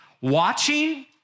Watching